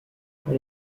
pour